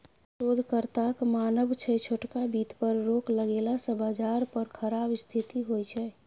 शोधकर्ताक मानब छै छोटका बित्त पर रोक लगेला सँ बजार पर खराब स्थिति होइ छै